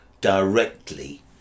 directly